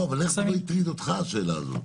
לא, אבל איך לא הטרידה אותך השאלה הזאת?